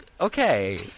okay